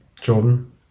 Jordan